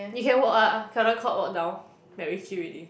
you can walk ah Caldecott walk down MacRitchie already